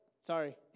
sorry